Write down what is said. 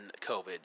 COVID